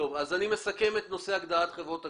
אני מסכם את הגדרת "חברת גבייה".